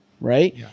right